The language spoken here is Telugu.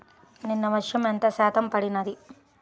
నిన్న వర్షము ఎంత శాతము పడినది?